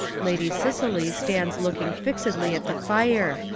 lady cicely stands looking fixedly at the fire.